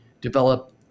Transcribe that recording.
develop